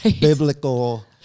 biblical